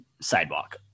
sidewalk